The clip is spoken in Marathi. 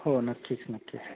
हो नक्कीच नक्की